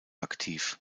aktiv